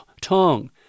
tongue